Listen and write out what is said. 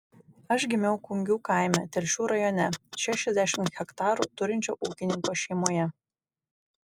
aš gimiau kungių kaime telšių rajone šešiasdešimt hektarų turinčio ūkininko šeimoje